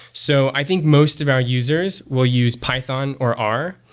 so i think most of our users will use python, or r.